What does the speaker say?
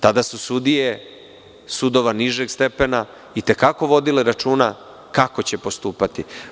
Tada su sudije sudova nižeg stepena i te kako vodile računa kako će postupati.